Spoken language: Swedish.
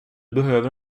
behöver